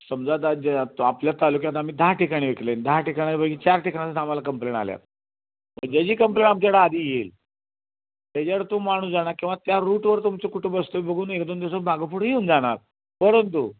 समजा आता जे आता आपल्याच तालुक्यात आम्ही दहा ठिकाणी विकले आहेत दहा ठिकाणीपैकी चार ठिकाणाचं आम्हाला कंप्लेंट आल्या पण जे जी कंप्लेंट आमच्याकडं आधी येईल त्याच्यावर तो माणूस जाणार किंवा त्या रूटवर तुमचं कुठं बसत आहे बघून एक दोन दिवसात मागं पुढं येऊन जाणार परंतु